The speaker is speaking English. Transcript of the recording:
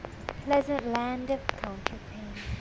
the pleasant land of counterpane.